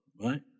Right